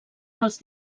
als